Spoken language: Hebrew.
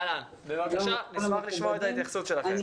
נשמח לשמוע את ההתייחסות שלכן.